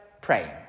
Praying